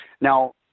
Now